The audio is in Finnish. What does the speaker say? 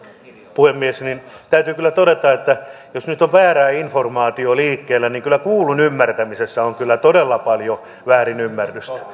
puhemies täytyy kyllä todeta että jos nyt on väärää informaatiota liikkeellä niin kyllä kuullun ymmärtämisessä on todella paljon väärinymmärrystä